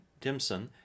Dimson